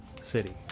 city